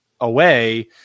away